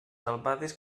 albades